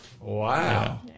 Wow